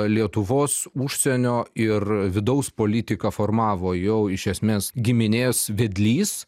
lietuvos užsienio ir vidaus politiką formavo jau iš esmės giminės vedlys